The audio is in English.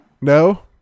No